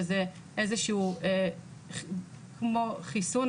שזה כמו חיסון,